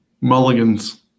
Mulligans